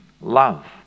love